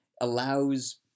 allows